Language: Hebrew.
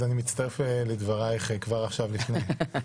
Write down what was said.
אני מצטרף לדבריך כבר עכשיו, לפני שהצבענו.